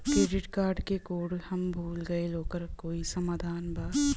Credit card क code हम भूल गइली ओकर कोई समाधान बा?